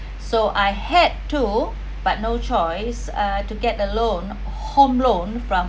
so I had to but no choice uh to get the loan home loan from